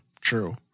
True